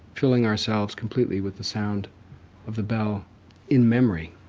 filling ourselves completely with the sound of the bell in memory.